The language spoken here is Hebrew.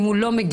אם הוא לא מגיע,